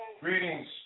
Greetings